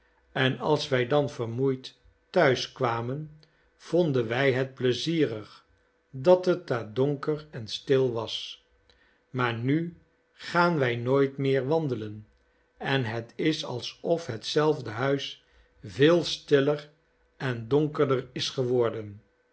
en als wij dan vermoeid thuis kwamen vonden wij het pleizierig dat het daar donker en stil was maar nu gaan wij nooit meer wandelen en het is alsof hetzelfde huis veel stiller en donkerder is geworden